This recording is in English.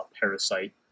Parasite